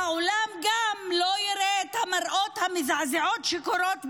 והעולם גם לא יראה את המראות המזעזעים שקורים בעזה.